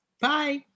bye